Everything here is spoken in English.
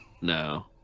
No